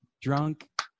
Drunk